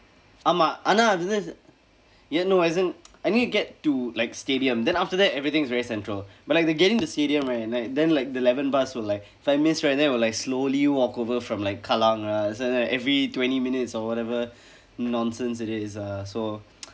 ஆமாம் ஆனா அது வந்து:aamaam aanaa athu vandthu ya no as in I need to get to like stadium then after that everything's very central but like the getting to stadium right like then like the eleven bus will like if I miss right then it will like slowly walk over from like kallang lah like every twenty minutes or whatever nonsense it is ah so